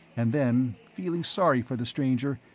and then, feeling sorry for the stranger,